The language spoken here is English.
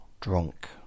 Drunk